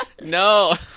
No